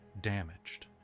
damaged